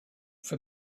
for